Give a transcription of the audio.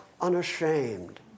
unashamed